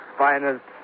finest